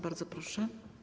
Bardzo proszę.